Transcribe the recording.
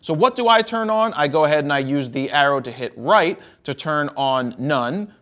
so what do i turn on? i go ahead and i use the arrow to hit right to turn on none.